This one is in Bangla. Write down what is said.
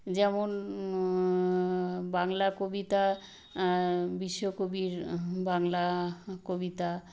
যেমন বাংলা কবিতা বিশ্বকবির বাংলা কবিতা